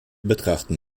betrachten